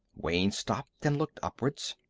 wayne stopped and looked upwards.